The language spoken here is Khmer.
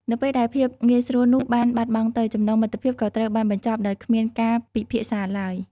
នៅពេលដែលភាពងាយស្រួលនោះបានបាត់បង់ទៅ ចំណងមិត្តភាពក៏ត្រូវបានបញ្ចប់ដោយគ្មានការពិភាក្សាឡើយ។